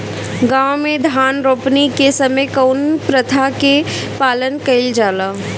गाँव मे धान रोपनी के समय कउन प्रथा के पालन कइल जाला?